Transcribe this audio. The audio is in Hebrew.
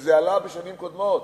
כשזה עלה בשנים קודמות,